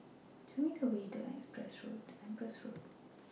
Show Me The Way to Empress Road